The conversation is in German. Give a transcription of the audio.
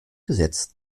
gesetz